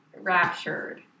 Raptured